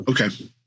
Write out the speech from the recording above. Okay